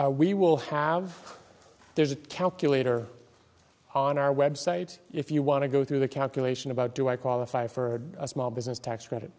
we will have there's a calculator on our website if you want to go through the calculation about do i qualify for a small business tax credit